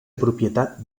propietat